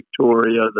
Victoria